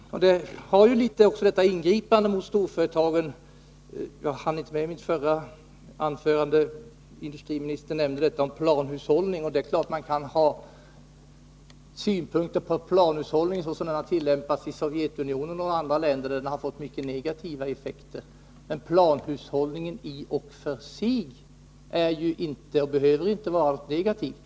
Ingripanden mot storföretag har litet att göra med diskussionen om planhushållning, som industriministern nämnde tidigare men som jag inte hann kommentera i mitt förra anförande. Det är klart att man kan ha synpunkter på planhushållningen sådan den har tillämpats i Sovjetunionen och andra länder, där den har fått mycket negativa effekter. Men planhushållningen i sig är inte och behöver inte vara något negativt.